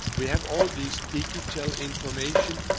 we have all this digital information.